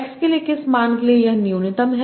X के किस मान के लिए यह न्यूनतम है